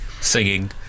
singing